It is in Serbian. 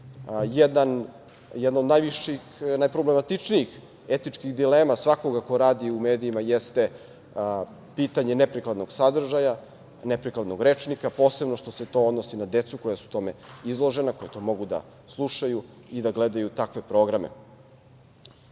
od najproblematičnijih etičkih dilema svakoga ko radi u medijima jeste pitanje neprikladnog sadržaja, neprikladnog rečnika, posebno što se to odnosi na decu koja su tome izložena, koja to mogu da slušaju i da gledaju takve programe. Javni